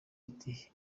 ati